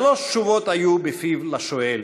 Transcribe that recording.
שלוש תשובות היו בפיו לשואל.